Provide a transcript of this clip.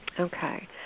Okay